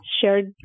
shared